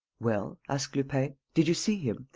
well, asked lupin, did you see him,